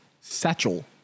satchel